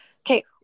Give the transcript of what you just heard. Okay